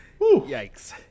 Yikes